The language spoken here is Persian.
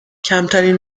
کمترین